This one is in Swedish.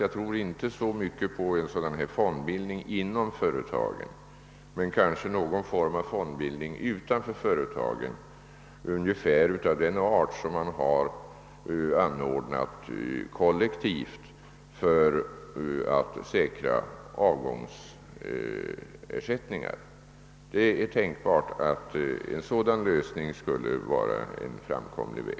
Jag tror inte så mycket på en fondbildning inom företagen, men kanske kan ifrågakomma någon form av fondbildning utanför företagen ungefär av den art som man har anordnat kollektivt för att säkra avgångsersättningar. Det är tänkbart att en sådan lösning skulle innebära en framkomlig väg.